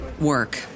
work